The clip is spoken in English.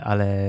Ale